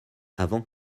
avant